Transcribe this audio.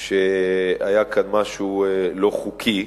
שהיה כאן משהו לא חוקי,